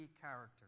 character